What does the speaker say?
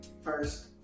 first